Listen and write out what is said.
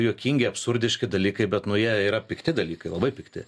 juokingi absurdiški dalykai bet nu jie yra pikti dalykai labai pikti